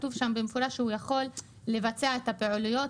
כתוב שם במפורש שהוא יכול לבצע את הפעילויות